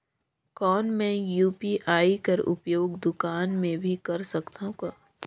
कौन मै यू.पी.आई कर उपयोग दुकान मे भी कर सकथव का?